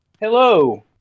Hello